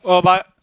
oh but